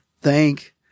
thank